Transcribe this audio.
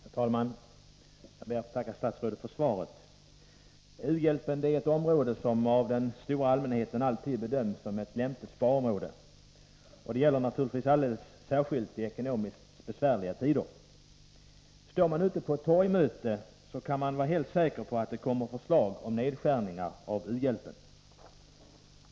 Herr talman! Jag ber att få tacka statsrådet för svaret. U-hjälpen är ett område som av den stora allmänheten alltid bedöms som ett lämpligt sparområde. Detta gäller naturligtvis alldeles särskilt i ekonomiskt besvärliga tider. När man deltar i ett torgmöte kan man vara helt säker på att det kommer förslag om nedskärningar av u-hjälpen.